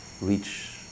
reach